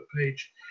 page